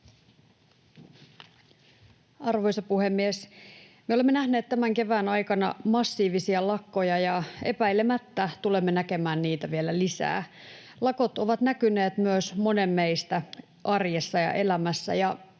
Arvoisa puhemies! Me olemme nähneet tämän kevään aikana massiivisia lakkoja, ja epäilemättä tulemme näkemään niitä vielä lisää. Lakot ovat näkyneet myös monen meistä arjessa ja elämässä,